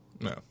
No